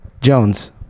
jones